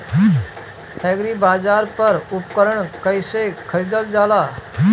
एग्रीबाजार पर उपकरण कइसे खरीदल जाला?